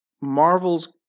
Marvel's